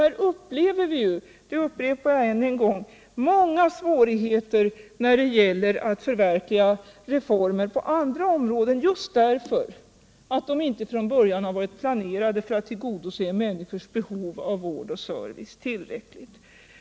Vi upplever — det upprepar jag ännu en gång - många svårigheter när det gäller att förverkliga reformer på andra områden just därför att många bostadsområden från början inte tillräckligt planerats för att tillgodose människors behov av vård och service.